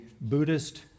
Buddhist